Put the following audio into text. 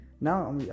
Now